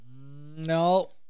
No